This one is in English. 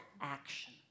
action